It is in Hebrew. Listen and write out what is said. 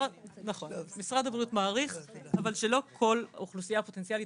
משרד הבריאות מעריך שלא כל האוכלוסייה הפוטנציאלית